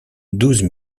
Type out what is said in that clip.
douze